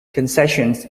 concessions